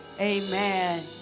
Amen